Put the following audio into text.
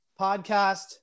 podcast